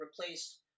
replaced